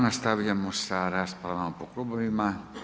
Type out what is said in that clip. Nastavljamo sa raspravom po klubovima.